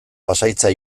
pasahitza